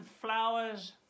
flowers